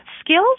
skills